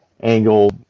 angle